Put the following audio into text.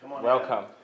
Welcome